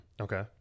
Okay